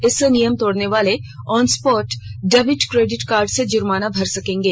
इससे नियम तोड़ने वाले on spot debit credit card से जुर्माना भर सकेंगे